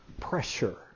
Pressure